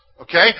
Okay